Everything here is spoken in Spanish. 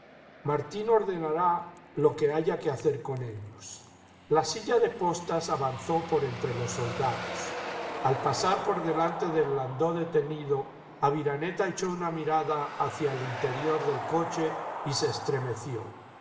martín ordenará lo que haya que hacer con ellos la silla de postas avanzó por entre los soldados al pasar por delante del lando detenido aviraneta echó una mirada hacia el interior del coche y se estremeció